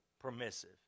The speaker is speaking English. Permissive